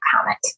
comment